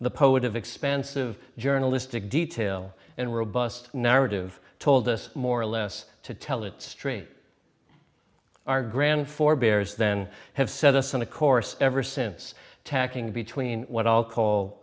the poet of expansive journalistic detail and robust narrative told us more or less to tell it straight our grand forebears then have set us on a course ever since tacking between what i'll call